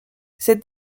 cette